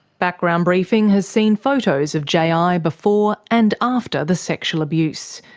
background briefing has seen photos of ji ah before and after the sexual abuse.